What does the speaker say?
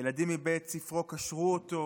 ילדים מבית ספרו קשרו אותו,